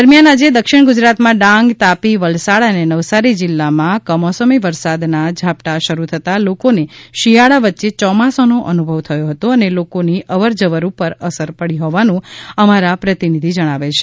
દરમ્યાન આજે દક્ષિણ ગુજરાતમાં ડાંગ તાપી વલસાડ અને નવસારી જિલ્લામાં કમોસમી વરસાદના ઝાપટાં શરૂ થતા લોકોને શિયાળા વચ્ચે ચોમાસાનો અનુભવ થયો હતો અને લોકોની અવર જવર ઉપર અસર પડી હોવાનું અમારા પ્રતિનિધિ જણાવે છે